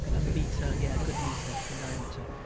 but a metre yeah a good metre in diameter,